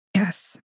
Yes